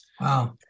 Wow